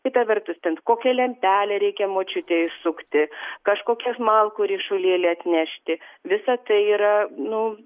kita vertus ten kokią lentelę reikia močiutei įsukti kažkokios malkų ryšulėlį atnešti visa tai yra nu